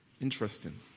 Interesting